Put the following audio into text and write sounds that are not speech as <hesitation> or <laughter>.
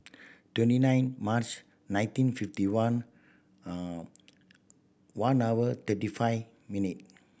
twenty nine March nineteen fifty one <hesitation> one hour thirty five minute